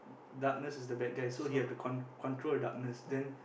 darkness is the bad guy so he have to control control the darkness then